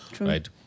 Right